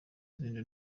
zindi